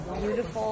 beautiful